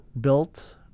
built